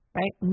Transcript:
right